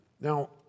Now